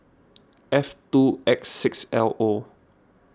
F two X six L O